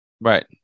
Right